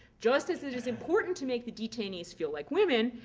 just as it is important to make the detainees feel like women,